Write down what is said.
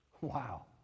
Wow